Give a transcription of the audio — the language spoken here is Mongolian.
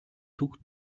түг